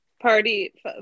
party